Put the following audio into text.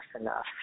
enough